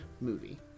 movie